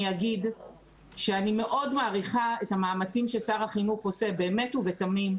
אני אגיד שאני מאוד מעריכה את המאמצים ששר החינוך עושה באמת ותמים.